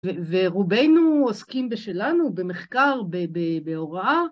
ורובנו עוסקים בשלנו במחקר, בהוראה.